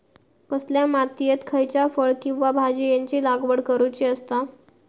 कसल्या मातीयेत खयच्या फळ किंवा भाजीयेंची लागवड करुची असता?